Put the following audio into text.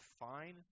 define